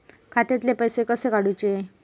खात्यातले पैसे कसे काडूचे?